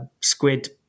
squid